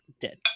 dead